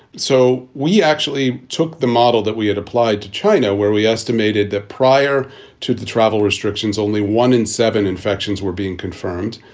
so we actually took the model that we had applied to china where we estimated that prior to. travel restrictions, only one in seven infections were being confirmed,